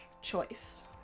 choice